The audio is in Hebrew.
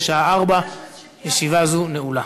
בשעה 16:00. ישיבה זו נעולה.